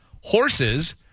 horses